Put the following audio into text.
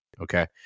Okay